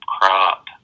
crop